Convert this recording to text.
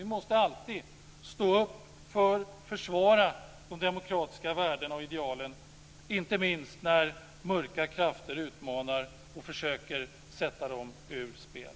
Vi måste alltid stå upp för att försvara de demokratiska värdena och idealen, inte minst när mörka krafter utmanar och försöker sätta dem ur spel.